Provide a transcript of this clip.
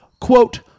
quote